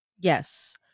Yes